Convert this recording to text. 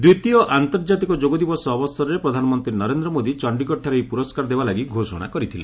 ଦ୍ୱିତୀୟ ଆନ୍ତର୍ଜାତିକ ଯୋଗଦିବସ ଅବସରରେ ପ୍ରଧାନମନ୍ତ୍ରୀ ନରେନ୍ଦ୍ର ମୋଦୀ ଚଣ୍ଡିଗଡ଼ଠାରେ ଏହି ପ୍ରରସ୍କାର ଦେବାଲାଗି ଘୋଷଣା କରିଥିଲେ